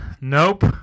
Nope